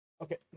Okay